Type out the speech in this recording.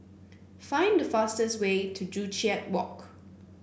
find the fastest way to Joo Chiat Walk